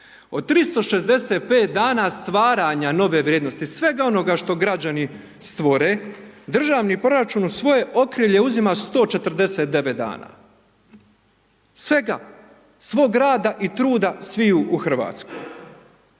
od 365 dana stvaranja nove vrijednosti, svega onoga što građani stvore, državni proračun u svoje okrilje uzima 149 dana. Svega, svoga rada i truda sviju u RH.